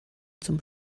zum